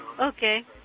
Okay